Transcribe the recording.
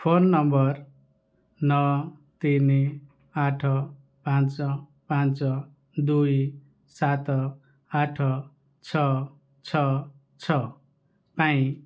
phone ନମ୍ବର ନଅ ତିନି ଆଠ ପାଞ୍ଚ ପାଞ୍ଚ ଦୁଇ ସାତ ଆଠ ଛଅ ଛଅ ଛଅ ପାଇଁ